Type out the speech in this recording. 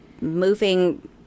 moving